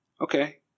Okay